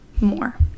more